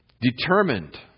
Determined